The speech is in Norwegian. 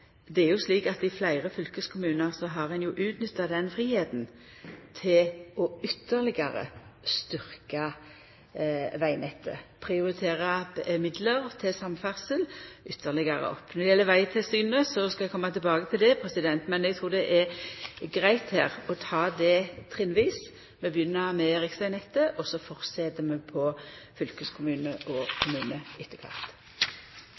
Det er jo slik at i fleire fylkeskommunar har ein utnytta den fridomen til ytterlegare å styrkja vegnettet, prioritert midlar til samferdsel ytterlegare opp. Når det gjeld Vegtilsynet, skal eg koma tilbake til det, men eg trur det her er greitt å ta det trinnvis. Vi begynner med riksvegnettet, og så fortset vi med fylkeskommunar og kommunar etter kvart.